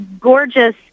gorgeous